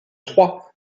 trois